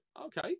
Okay